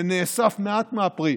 נאסף מעט מהפרי,